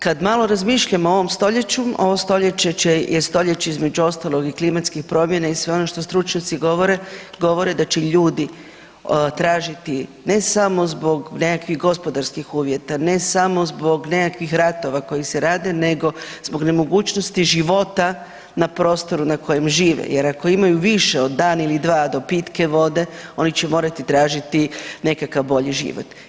Kad malo razmišljam o ovom stoljeću, ovo stoljeće će, je stoljeće između ostalog i klimatskih promjena i sve ono što stručnjaci govore, govore da će ljudi tražiti ne samo zbog nekakvih gospodarskih uvjeta, ne samo zbog nekakvih ratova koji se rade nego zbog nemogućnosti života na prostoru na kojem žive jer ako imaju više od dan ili dva do pitke vode oni će morati tražiti nekakav bolji život.